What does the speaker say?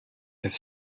have